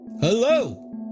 Hello